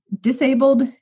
disabled